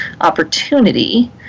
opportunity